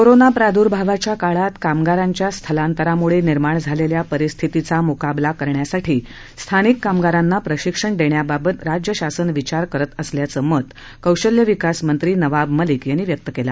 corona प्रादूर्भावाच्या काळात कामगारांच्या स्थलांतरामुळे निर्माण झालेल्या परिस्थितीचा मुकाबला करण्यासाठी स्थानिक कामगारांना प्रशिक्षण देण्याबाबत राज्य शासन विचार करत असल्याचं कौशल्य विकास मंत्री नवाब मलिक यांनी आज सांगितलं